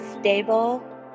stable